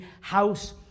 house